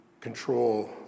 control